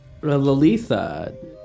Lalitha